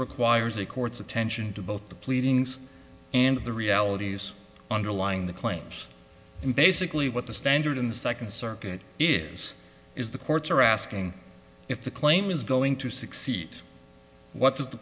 requires a court's attention to both the pleadings and the realities underlying the claims and basically what the standard in the second circuit is is the courts are asking if the claim is going to succeed what does the